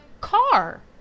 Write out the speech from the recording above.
car